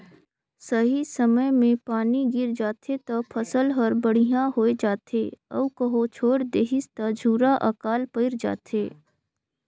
सही समय मे पानी गिर जाथे त फसल हर बड़िहा होये जाथे अउ कहो छोएड़ देहिस त झूरा आकाल पइर जाथे